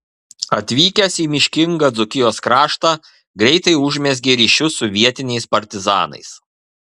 atvykęs į miškingą dzūkijos kraštą greitai užmezgė ryšius su vietiniais partizanais